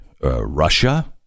Russia